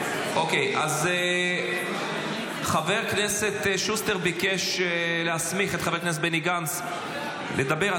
------ אז חבר הכנסת שוסטר ביקש להסמיך את חבר הכנסת בני גנץ לדבר.